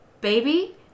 baby